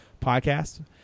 podcast